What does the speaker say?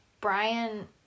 Brian